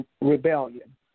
rebellion